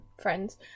friends